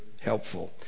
helpful